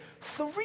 three